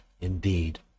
indeed